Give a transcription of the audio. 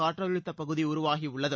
காற்றழுத்த பகுதி உருவாகியுள்ளது